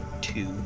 two